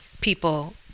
people